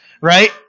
right